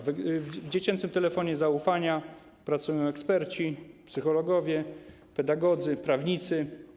W dziecięcym telefonie zaufania pracują eksperci, psychologowie, pedagodzy i prawnicy.